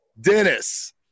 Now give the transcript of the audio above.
Dennis